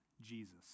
Jesus